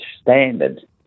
standard